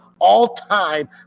all-time